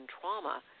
trauma